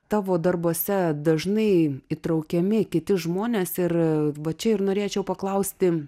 tavo darbuose dažnai įtraukiami kiti žmonės ir va čia ir norėčiau paklausti